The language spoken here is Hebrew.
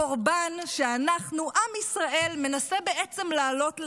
הקורבן שאנחנו, עם ישראל, מנסה בעצם להעלות לעולה.